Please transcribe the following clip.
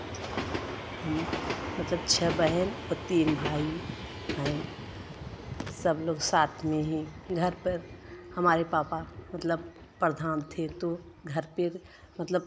हम मतलब छह बहन और तीन भाई हैं सब लोग साथ में ही घर पर हमारे पापा मतलब प्रधान थे तो घर पर मतलब